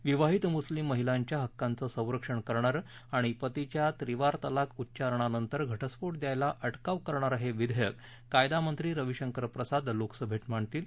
विवाहीत मुस्लीम महिलांच्या हक्काचं संरक्षण करणारं आणि पतीच्या त्रिवार तलाक उच्चारणानंतर घटस्फोट द्यायला अटकाव करणारं हे विधेयक कायदामंत्री रविशंकर प्रसाद लोकसभेत मांडतील